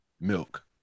milk